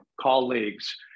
colleagues